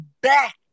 back